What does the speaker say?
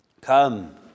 Come